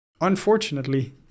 unfortunately